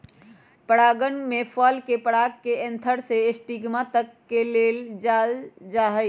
परागण में फल के पराग के एंथर से स्टिग्मा तक ले जाल जाहई